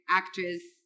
actress